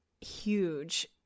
huge